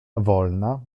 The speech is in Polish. wolna